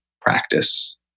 practice